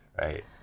right